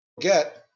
get